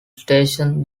station